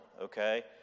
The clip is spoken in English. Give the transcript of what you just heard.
okay